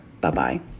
Bye-bye